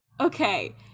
okay